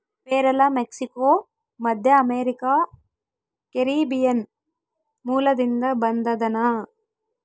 ಪೇರಲ ಮೆಕ್ಸಿಕೋ, ಮಧ್ಯಅಮೇರಿಕಾ, ಕೆರೀಬಿಯನ್ ಮೂಲದಿಂದ ಬಂದದನಾ